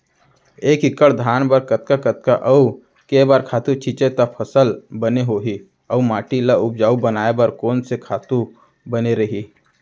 एक एक्कड़ धान बर कतका कतका अऊ के बार खातू छिंचे त फसल बने होही अऊ माटी ल उपजाऊ बनाए बर कोन से खातू बने रही?